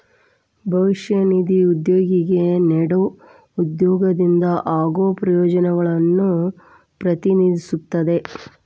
ಭವಿಷ್ಯ ನಿಧಿ ಉದ್ಯೋಗಿಗೆ ನೇಡೊ ಉದ್ಯೋಗದಿಂದ ಆಗೋ ಪ್ರಯೋಜನಗಳನ್ನು ಪ್ರತಿನಿಧಿಸುತ್ತದೆ